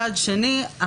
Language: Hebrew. מצד שני,